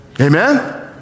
Amen